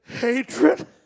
hatred